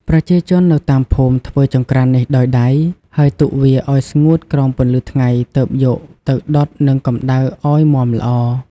ប្រជាជននៅតាមភូមិធ្វើចង្ក្រាននេះដោយដៃ ហើយទុកវាឱ្យស្ងួតក្រោមពន្លឺថ្ងៃ ទើបយកទៅដុតនឹងកម្ដៅឱ្យមាំល្អ។